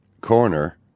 corner